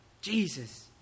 Jesus